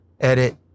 edit